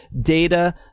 data